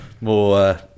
more